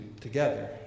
together